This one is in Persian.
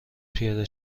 پیاده